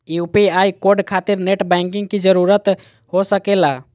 UPI code खातिर net banking की जरूरत हो सके ला?